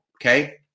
Okay